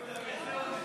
כן.